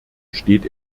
steht